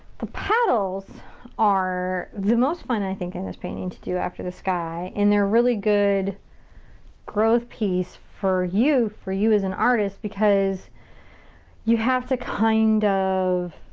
the petals are the most fun, i think, in this painting to do after the sky, and they're really good growth piece for you, for you as an artist because you have to kind of